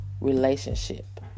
Relationship